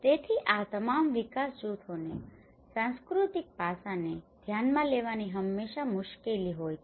તેથી આ તમામ વિકાસ જૂથોને સાંસ્કૃતિક પાસાને ધ્યાનમાં લેવાની હંમેશા મુશ્કેલી હોય છે